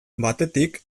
batetik